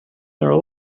their